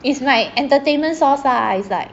is like entertainment source lah is like